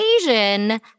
Asian